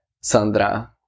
Sandra